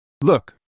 Look